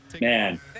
Man